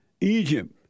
Egypt